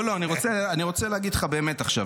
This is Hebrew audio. לא, לא, אני רוצה אני רוצה להגיד לך באמת עכשיו.